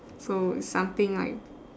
so something like